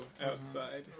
outside